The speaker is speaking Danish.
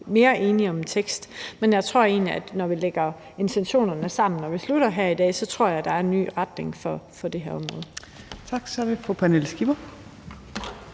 mere enige om en tekst, men jeg tror egentlig, at når vi lægger intentionerne sammen og vi slutter her i dag, er der en ny retning for det her område. Kl. 18:48 Tredje